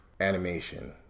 animation